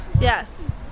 Yes